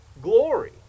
glory